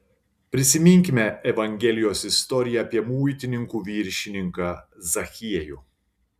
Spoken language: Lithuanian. prisiminkime evangelijos istoriją apie muitininkų viršininką zachiejų